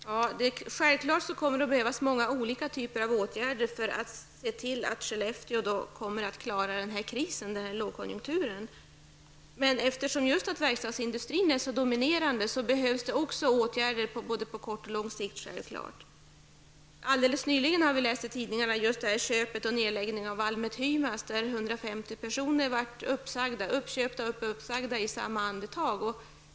Herr talman! Självklart kommer det att behövas många olika typer av av åtgärder för att Skellefteå skall kunna klara krisen under lågkonjunkturen. Eftersom just verkstadsindustrin är så dominerande behövs det åtgärder både på kort och på lång sikt. Helt nyligen läste vi i tidningarna om köpet och nedläggningen av Valmet Himas AB, där 150 personer blev uppköpta och uppsagda i samma andetag.